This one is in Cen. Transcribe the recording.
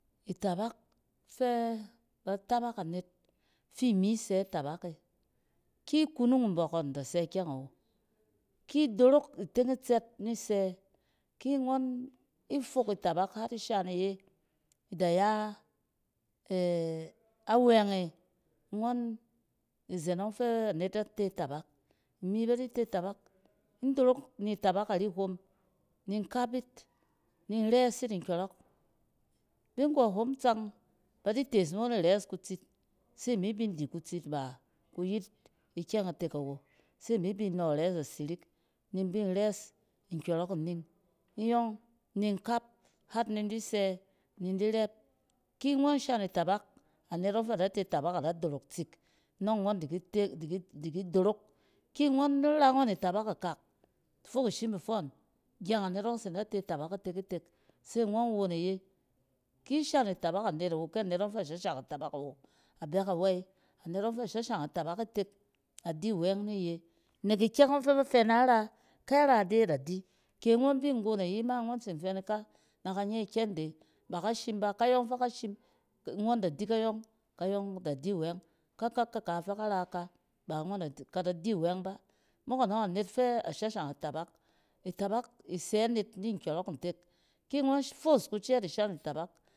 Itabak fɛ ba tabak anet fi mi sɛ itabak e ki kunung mbↄk ngↄn da sɛ kyɛng awo. Ki dorok iteng itsɛt ni sɛ ki ngↄn ifok itabak har ishan iye ida ya awɛng e. Ngↄn, izeng ↄng fɛ anet da te tabak, imi ba di te tabak, in dorok ni itabak ari hom ni nkap yit, ni in rɛs yit nkyↄrↄk. Bi nggↄ hom tsang ba di tees mo ni rɛs kutsit se mi bind di kutsit ba kuyet ikyɛng itek awo, se mi bin nↄ rɛs asirik, ni in bin rɛs nkyↄrↄk ining inyↄng. nin kap har ni in di sɛ ni in di rɛp. ki ngↄn shan itabak, anet ↄng fɛ da te itabak ada dorok tsik nↄng ngↄn di kit e-di ki dorok. Ki ngↄn rangↄn itabak akak fok ishim ifↄↄn, gyang anet ↄng tsin da te tabak itek-itek se ngↄn won iye. Ki shan itabak anet awo, kɛ net ↄng fɛ shashang itabak awo, a bɛ kawey. Anet ↄng fɛ shahang itabak itek, a di wɛng ni ye nek ikyɛng ↄng fɛ ba fɛ na ra, kɛ ra de ada di. Ke ngↄn bi nggon ayi ma mgↄn tsin fɛ nika n aka nye kyɛng de, b aka shim ba, kayↄng fɛ kashim, ngↄn da di kayↄng, kayↄng da di wɛng. ka-ka-ka fɛ ka raka ba ngↄn da, kada di wɛng ba. Mok anↄng anet fɛ shashang itabak, itabak isɛ net ni nkyↄrↄk ntek ki ngↄn foos kucɛɛt ishan itabak.